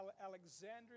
Alexandria